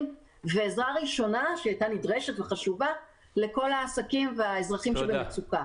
ועזרה ראשונה שהייתה נדרשת וחשובה לכל האזרחים והעסקים שבמצוקה.